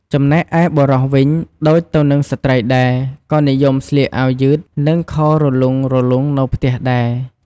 ចំណែកឯបុរសវិញ ដូចទៅនឹងស្ត្រីដែរ ក៏និយមស្លៀកអាវយឺត និងខោរលុងៗនៅផ្ទះដែរ។